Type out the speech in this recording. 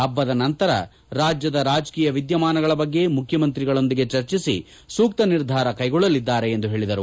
ಹಬ್ಬದ ನಂತರ ರಾಜ್ಯದ ರಾಜಕೀಯ ವಿದ್ಯಮಾನಗಳ ಬಗ್ಗೆ ಮುಖ್ಯಮಂತ್ರಿಯೊಂದಿಗೆ ಚರ್ಚಿಸಿ ಸೂಕ್ತ ನಿರ್ಧಾರ ಕೈಗೊಳ್ಳಲಿದ್ದಾರೆ ಎಂದು ತಿಳಿಸಿದರು